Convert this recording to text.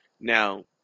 Now